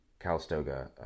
Calistoga